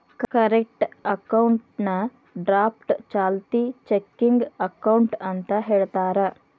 current ಅಕೌಂಟ್ನಾ draft ಚಾಲ್ತಿ checking account ಅಂತ ಹೇಳ್ತಾರ